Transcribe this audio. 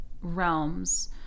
realms